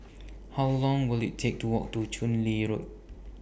How Long Will IT Take to Walk to Chu Lin Road